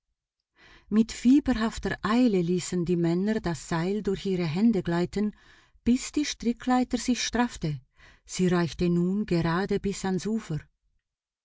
mit fieberhafter eile ließen die männer das seil durch ihre hände gleiten bis die strickleiter sich straffte sie reichte nun gerade bis ans ufer